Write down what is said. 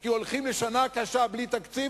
כי הולכים לשנה קשה בלי תקציב,